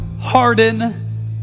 harden